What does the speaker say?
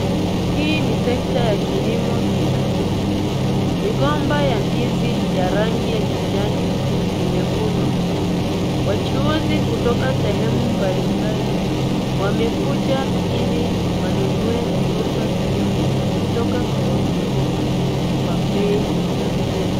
Hii ni sekta ya kilimo cha chakula. Migomba ya ndizi ya rangi ya kijani imevunwa. Wachuuzi kutoka sehemu mbalimbali wamekuja ili wanunue migomba hiyo kutoka kwa wakulima kwa bei nafuu.